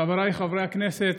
חבריי חברי הכנסת,